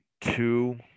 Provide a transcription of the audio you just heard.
two